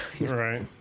Right